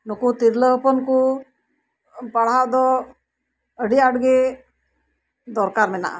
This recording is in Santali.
ᱱᱩᱠᱩ ᱛᱤᱨᱞᱟᱹ ᱦᱚᱯᱚᱱ ᱠᱚ ᱯᱟᱲᱦᱟᱣ ᱫᱚ ᱟᱰᱤ ᱟᱸᱴ ᱜᱮ ᱫᱚᱨᱠᱟᱨ ᱢᱮᱱᱟᱜᱼᱟ